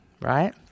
right